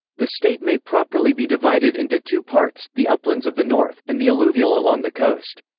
the state may properly be divided into two parts, the uplands of the north, and the alluvial along the coast.